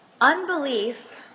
Unbelief